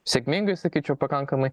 sėkmingai sakyčiau pakankamai